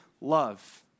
love